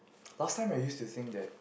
last time are you using that